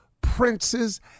princes